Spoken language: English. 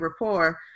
rapport